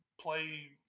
play